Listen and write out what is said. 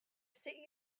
city